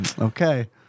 okay